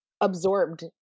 absorbed